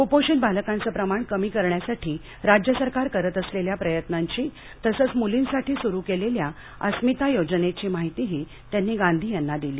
क्पोषित बालकांचं प्रमाण कमी करण्यासाठी राज्य सरकार करत असलेल्या प्रयत्नांची तसंच मुलींसाठी सुरू केलेल्या अस्मिता योजनेची माहितीही त्यांनी गांधी यांना दिली